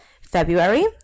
February